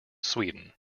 sweden